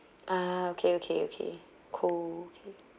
ah okay okay okay cool